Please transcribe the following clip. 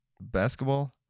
Basketball